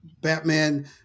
Batman